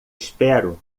espero